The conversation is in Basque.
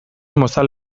mozal